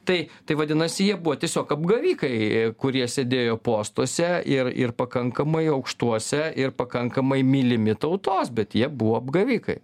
tai tai vadinasi jie buvo tiesiog apgavikai kurie sėdėjo postuose ir ir pakankamai aukštuose ir pakankamai mylimi tautos bet jie buvo apgavikai